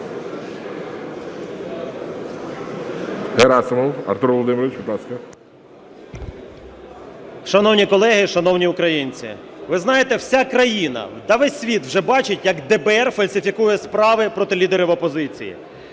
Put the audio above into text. Шановні колеги, шановні українці! Ви знаєте, вся країна, та і весь світ вже бачить, як ДБР фальсифікує справи проти лідерів опозиції.